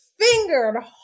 fingered